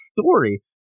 story